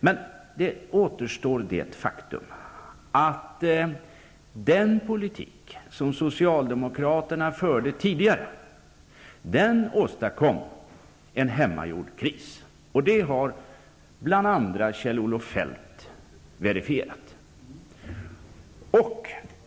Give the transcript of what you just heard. Faktum kvarstår att den politik som socialdemokraterna tidigare förde åstadkom en hemmagjord kris, vilket bl.a. Kjell-Olof Feldt har verifierat.